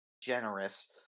generous